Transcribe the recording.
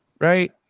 right